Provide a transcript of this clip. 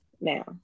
now